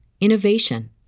innovation